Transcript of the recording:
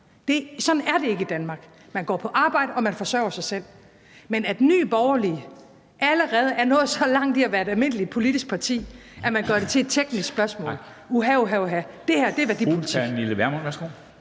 Sådan er det ikke i Danmark. Man går på arbejde, og man forsørger sig selv. Men at Nye Borgerlige allerede er nået så langt i at være et almindeligt politisk parti, at man gør det til et teknisk spørgsmål